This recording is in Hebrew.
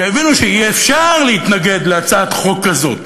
שיבינו שאי-אפשר להתנגד להצעת חוק כזאת,